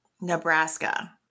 Nebraska